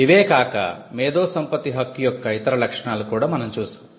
ఇవే కాక మేధో సంపత్తి హక్కు యొక్క ఇతర లక్షణాలు కూడా మనం చూశాము